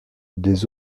des